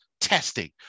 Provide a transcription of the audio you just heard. testing